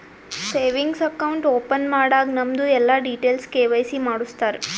savings account open ಮಾಡಾಗ್ ನಮ್ದು ಎಲ್ಲಾ ಡೀಟೇಲ್ಸ್ ಕೆ.ವೈ.ಸಿ ಮಾಡುಸ್ತಾರ್